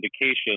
indication